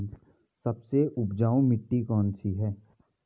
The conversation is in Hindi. सबसे उपजाऊ मिट्टी कौन सी है?